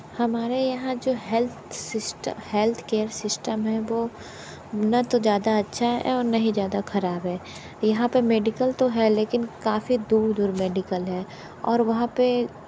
हमारे यहाँ जो health system health care system है वो न तो ज़्यादा अच्छा है और न हीं ज़्यादा खराब है यहाँ पे मेडिकल तो है लेकिन काफ़ी दूर दूर मेडिकल है और वहाँ पे